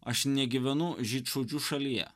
aš negyvenu žydšaudžių šalyje